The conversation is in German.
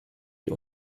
die